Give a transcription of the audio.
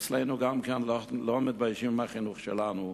אצלנו גם כן לא מתביישים בחינוך שלנו,